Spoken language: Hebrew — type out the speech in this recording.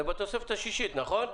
זה בתוספת השישית, נכון?